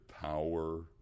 power